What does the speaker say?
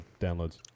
downloads